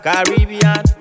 Caribbean